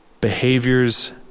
behaviors